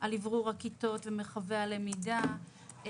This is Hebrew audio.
על אוורור הכיתות ומרחבי הלמידה.